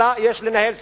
אלא יש לנהל סכסוכים.